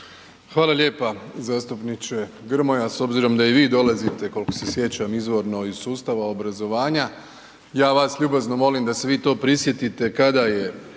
Hvala lijepa. Zastupniče Grmoja s obzirom da i vi dolazite koliko se sjećam izvorno iz sustava obrazovanja, ja vas ljubazno molim da se vi to prisjetite kada je